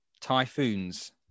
typhoons